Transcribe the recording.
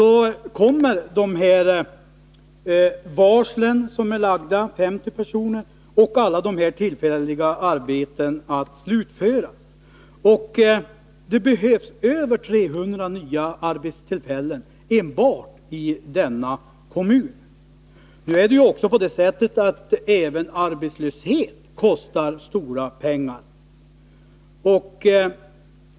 Då kommer de varsel som är lagda för 50 personer att träda i kraft, och alla de tillfälliga arbetena kommer att slutföras. Det behövs över 300 nya arbetstillfällen enbart i denna kommun. Nu är det på det sättet att även arbetslöshet kostar stora pengar.